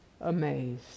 amazed